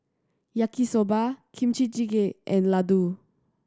Yaki Soba Kimchi Jjigae and Ladoo